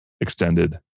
extended